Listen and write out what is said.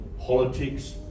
politics